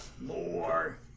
More